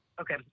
Okay